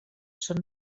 són